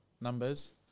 numbers